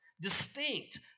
Distinct